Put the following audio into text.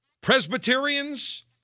Presbyterians